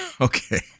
Okay